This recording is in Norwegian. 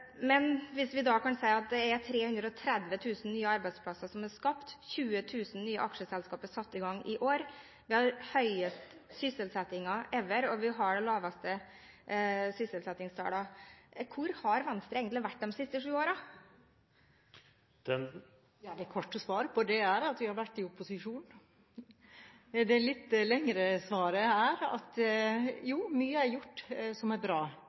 Men 330 000 nye arbeidsplasser er skapt, 20 000 nye aksjeselskaper er satt i gang i år, vi har den høyeste sysselsettingen noen gang, og vi har de laveste arbeidsledighetstallene. Hvor har egentlig Venstre vært de siste sju årene? Det korte svaret på det er at vi har vært i opposisjon. Det litt lengre svaret er at mye er gjort som er bra.